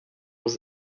was